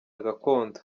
gakondo